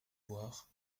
voir